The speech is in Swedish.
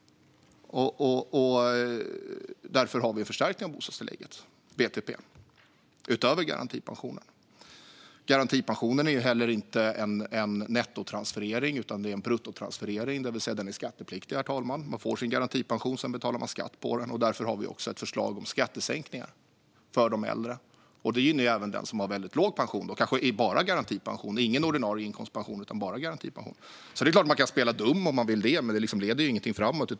Därför har vi en förstärkning av bostadstillägget, utöver garantipensionen. Garantipension är inte en nettotransferering utan en bruttotransferering. Den är alltså skattepliktig, herr talman. Man får sin garantipension, och sedan betalar man skatt på den. Därför har vi också ett förslag om skattesänkningar för de äldre. Detta gynnar även dem som har väldigt låg pension, kanske bara garantipension och ingen ordinarie inkomstpension. Det är klart att man kan spela dum om man vill, men det leder inte framåt.